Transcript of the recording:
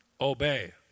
Obey